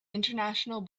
international